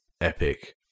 epic